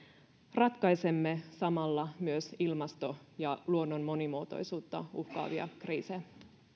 ratkaisemme samalla myös ilmastoa ja luonnon monimuotoisuutta uhkaavia kriisejä